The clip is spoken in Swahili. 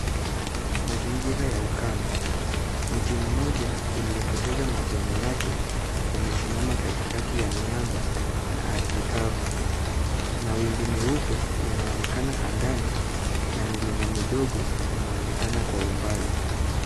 Mazingira ya ukame, mti mmoja uliopoteza majani yake, umesimama katikati ya miamba na ardhi kavu, mawingu meupe yanaonekana angani, na milima midogo inaonekana kwa umbali.